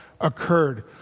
occurred